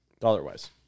dollar-wise